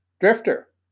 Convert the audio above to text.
Drifter